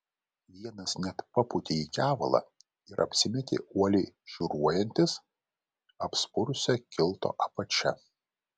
vienas net papūtė į kevalą ir apsimetė uoliai šiūruojantis apspurusia kilto apačia